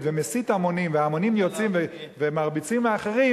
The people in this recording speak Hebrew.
ומסית המונים וההמונים יוצאים ומרביצים לאחרים,